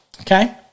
okay